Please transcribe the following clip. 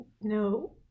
no